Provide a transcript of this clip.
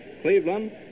Cleveland